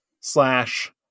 slash